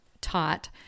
taught